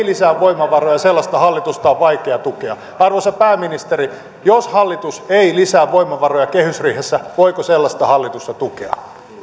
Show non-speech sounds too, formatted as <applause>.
<unintelligible> lisää voimavaroja sellaista hallitusta on vaikea tukea arvoisa pääministeri jos hallitus ei lisää voimavaroja kehysriihessä voiko sellaista hallitusta tukea